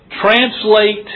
translate